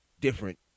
different